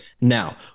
now